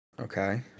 Okay